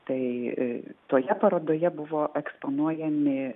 tai toje parodoje buvo eksponuojami